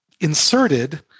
inserted